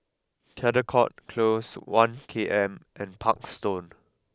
Caldecott Close One K M and Parkstone Road